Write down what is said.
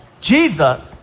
Jesus